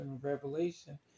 Revelation